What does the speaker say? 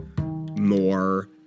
more